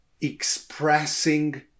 expressing